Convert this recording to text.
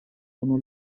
sono